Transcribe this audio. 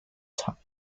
times